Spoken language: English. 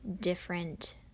different